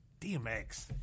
DMX